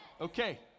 Okay